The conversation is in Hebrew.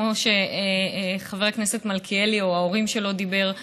כמו שחבר הכנסת מלכיאלי דיבר,